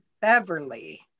Beverly